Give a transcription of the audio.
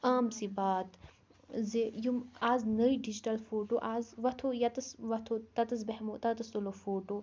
عام سی بات زِ یِم آز نٔے ڈِجٹَل فوٗٹوٗ آز وَتھو یَیٚتیٚس وَتھو تَتیٚس بیٚہمو تَتَس تُلو فوٗٹوٗ